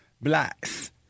blacks